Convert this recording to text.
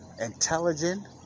intelligent